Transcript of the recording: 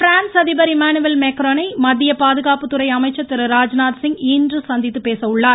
France அதிபர் Emmanuel மெக்ரானை மத்திய பாதுகாப்புத்துறை அமைச்சர் திரு ராஜ்நாத் சிங் இன்று சந்தித்து பேச உள்ளார்